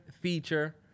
feature